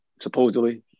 supposedly